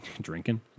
drinking